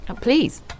Please